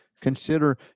consider